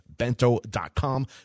bento.com